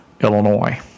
Illinois